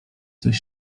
coś